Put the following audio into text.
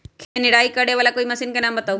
खेत मे निराई करे वाला कोई मशीन के नाम बताऊ?